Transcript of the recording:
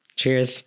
cheers